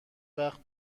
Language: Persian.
وقت